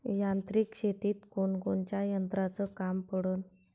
यांत्रिक शेतीत कोनकोनच्या यंत्राचं काम पडन?